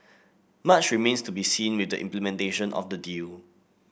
much remains to be seen with the implementation of the deal